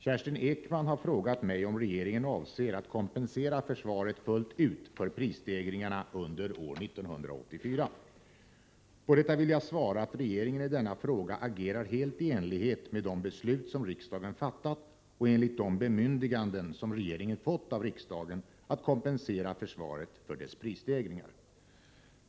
Fru talman! Kerstin Ekman har frågat mig om regeringen avser att kompensera försvaret fullt ut för prisstegringarna under år 1984. På detta vill jag svara att regeringen i denna fråga agerar helt i enlighet med de beslut som riksdagen har fattat och enligt de bemyndiganden som regeringen har fått av riksdagen att kompensera försvaret för dess prisstegringar.